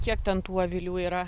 kiek ten tų avilių yra